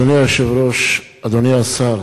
אדוני היושב-ראש, אדוני השר,